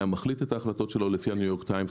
מחליט את ההחלטות שלו לפי ה-ניו יורק טיימס,